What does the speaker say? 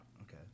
okay